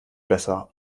besser